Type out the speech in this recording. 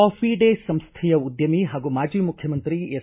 coffee day ಸಂಸ್ವೆಯ ಉದ್ಯಮಿ ಹಾಗೂ ಮಾಜಿ ಮುಖ್ಯಮಂತ್ರಿ ಎಸ್